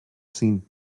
seen